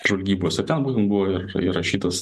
žvalgybos tai ten būtent buvo įrašytas